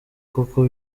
koko